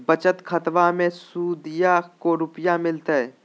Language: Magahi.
बचत खाताबा मे सुदीया को रूपया मिलते?